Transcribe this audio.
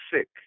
sick